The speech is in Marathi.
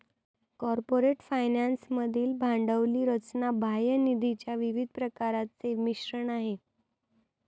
कॉर्पोरेट फायनान्स मधील भांडवली रचना बाह्य निधीच्या विविध प्रकारांचे मिश्रण आहे